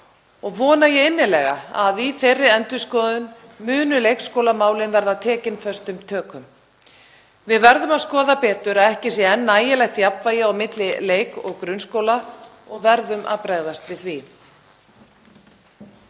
og vona ég innilega að í þeirri endurskoðun muni leikskólamálin verða tekin föstum tökum. Við verðum að skoða það betur að ekki sé enn nægilegt jafnvægi á milli leik- og grunnskóla og við verðum að bregðast við því.